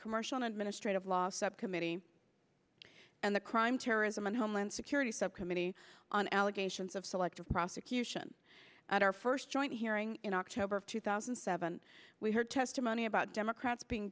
commercial administrative law subcommittee and the crime terrorism and homeland security subcommittee on allegations of selective prosecution at our first joint hearing in october of two thousand and seven we heard testimony about democrats being